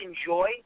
enjoy